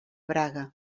braga